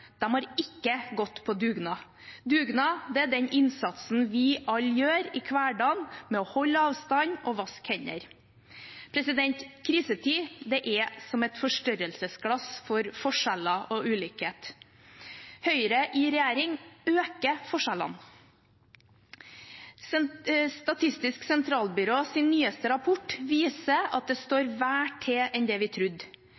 har ikke gått på dugnad. Dugnad er den innsatsen vi alle gjør i hverdagen med å holde avstand og vaske hender. Krisetid er som et forstørrelsesglass for forskjeller og ulikhet. Høyre i regjering øker forskjellene. Statistisk sentralbyrås nyeste rapport viser at det